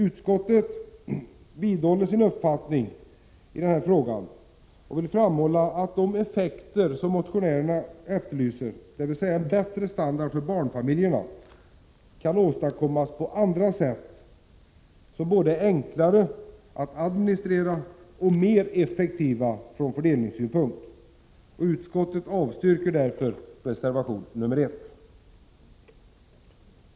Utskottet vidhåller sin uppfattning i denna fråga och vill framhålla att de effekter motionären efterlyser, dvs. en bättre standard för barnfamiljerna, kan åstadkommas på andra sätt, som är både enklare att administrera och mer effektiva från fördelningssynpunkt. Utskottet avstyrker därför reservation nr 1.